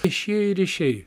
viešieji ryšiai